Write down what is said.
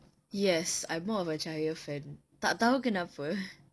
yes I'm more of a cahaya fan tak tahu kenapa